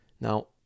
Now